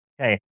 Okay